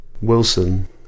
Wilson